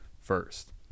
first